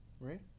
Right